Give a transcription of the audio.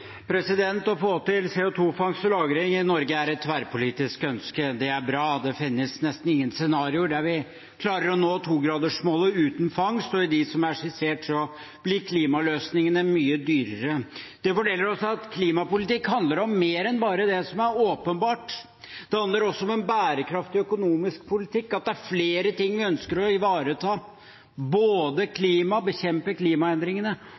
mindretalsforslaget. Å få til CO 2 -fangst og -lagring i Norge er et tverrpolitisk ønske, og det er bra. Det finnes nesten ingen scenarioer der vi klarer å nå 2-gradersmålet uten fangst, og i de scenarioene som er skissert, blir klimaløsningene mye dyrere. Det forteller oss at klimapolitikk handler om mer enn bare det som er åpenbart. Det handler også om en bærekraftig økonomisk politikk, at det er flere ting vi ønsker å ivareta, både å bekjempe klimaendringene